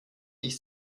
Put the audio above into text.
ich